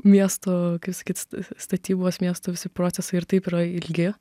miesto kaip sakyt sta statybos miesto visi procesai ir taip yra ilgi